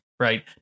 Right